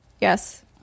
Yes